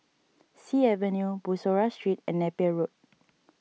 Sea Avenue Bussorah Street and Napier Road